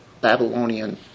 Babylonian